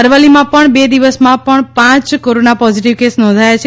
અરવલ્લીમાં પણ બે દિવસમાં પણ પાંચ કોરોના પોઝીટીવ કેસ નોંધાયા છે